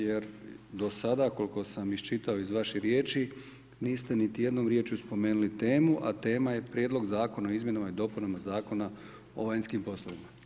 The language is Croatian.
Jer do sada koliko sam iščitao iz vaše riječi, vi niste niti jednom riječju spomenuli temu, a tema je Prijedlog Zakona o izmjenama i dopunama Zakona o vanjskih poslovima.